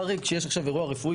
זה חריג שיש עכשיו אירוע רפואי,